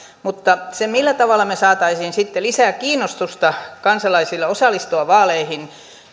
mutta se millä tavalla me saisimme sitten kansalaisille lisää kiinnostusta osallistua vaaleihin